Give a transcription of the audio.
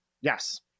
yes